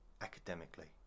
academically